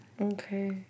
Okay